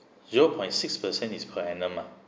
zero point six percent is per annum ah